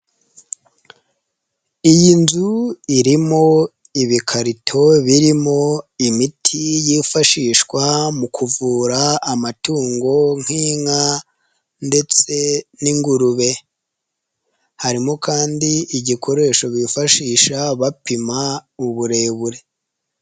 Iyi nzu irimo ibikarito birimo imiti yifashishwa mu kuvura amatungo nk'inka ndetse n'ingurube, harimo kandi igikoresho bifashisha bapima uburebure.